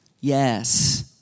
Yes